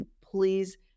please